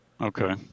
Okay